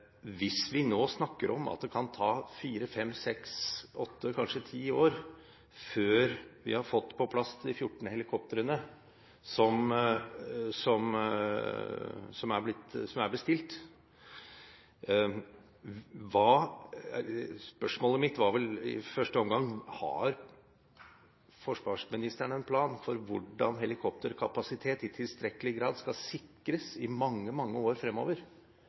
hvis vi nå snakker om at det kan ta fire–fem–seks, åtte, kanskje ti år, før vi har fått på plass de fjorten helikoptrene som er bestilt, var vel spørsmålet mitt i første omgang: Har forsvarsministeren en plan for hvordan helikopterkapasiteten i tilstrekkelig grad skal sikres i mange, mange år fremover